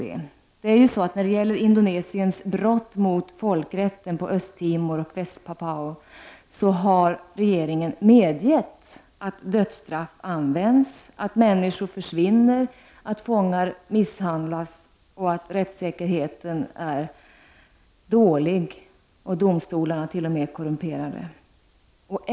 Beträffande Indonesiens brott mot folkrätten på Östtimor och Väst-Papua har regeringen medgett att dödsstraff används, att människor försvinner, att fångar misshandlas samt att rättssäkerheten är dålig och att domstolarna t.o.m. är korrumperade.